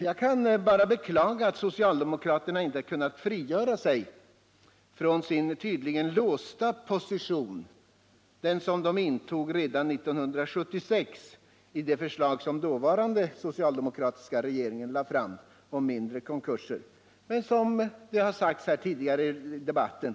Jag kan bara beklaga att socialdemokraterna inte kunnat frigöra sig från sin tydligen låsta position, den som de intog redan 1976 i det förslag rörande mindre konkurser som den dåvarande socialdemokratiska regeringen lade fram, men som riksdagens majoritet avvisade, såsom nämnts tidigare i debatten.